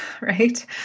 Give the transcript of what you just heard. right